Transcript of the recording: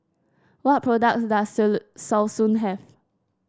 what products does Selsun have